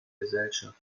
gesellschaft